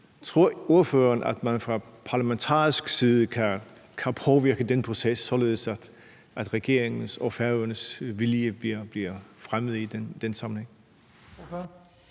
Tror ordføreren, at man fra parlamentarisk side kan påvirke den proces, således at regeringens og Færøernes vilje bliver fremmet i den sammenhæng?